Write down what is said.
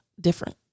different